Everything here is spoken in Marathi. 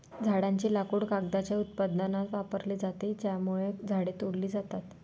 झाडांचे लाकूड कागदाच्या उत्पादनात वापरले जाते, त्यामुळे झाडे तोडली जातात